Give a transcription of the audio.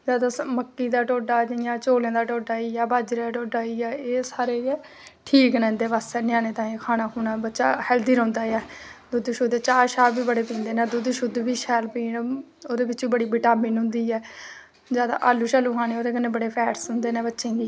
ते तुस मक्की दा ढोड्डा जां जियां बाजरै दा ढोड्डा एह् सारे गै ठीक रौहंदे न ञ्यानें बास्तै बच्चा हेल्थी रौहंदा ऐ दुद्ध चाह् बी बड़े पींदे न दुद्ध बी शैल पीन ओह्दे बिच बड़ी विटामीन होंदी ऐ जादै आलू खाने होन ते ओह्दे कन्नै जादै फैट होंदे न बच्चें गी